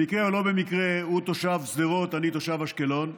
במקרה או לא במקרה הוא תושב שדרות ואני תושב אשקלון.